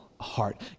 heart